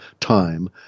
time